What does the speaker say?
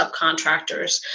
subcontractors